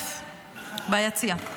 התעלף ביציע.